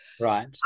Right